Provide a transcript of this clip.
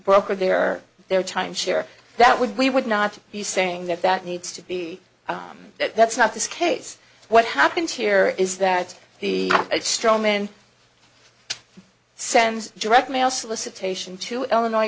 broker their their time share that would we would not be saying that that needs to be oh that's not the case what happens here is that the straw men send direct mail solicitation to illinois